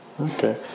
Okay